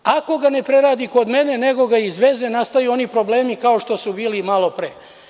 Ako ga ne preradi kod mene, nego ga izveze, nastaju oni problemi kao što su bili malo pre.